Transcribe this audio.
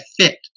fit